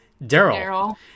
Daryl